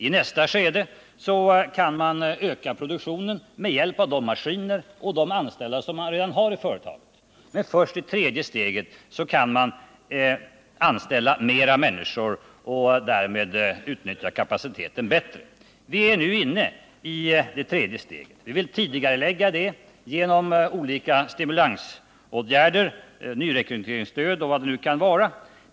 I nästa steg kan man öka produktionen med hjälp av de maskiner och de anställda man redan har i företagen. Men först i det tredje steget kan man anställa fler människor och därmed utnyttja kapaciteten bättre. Vi är nu inne i det tredje steget. Vi vill tidigarelägga de goda verkningarna av det genom olika stimulansåtgärder — nyrekryteringsstöd och vad det nu kan vara.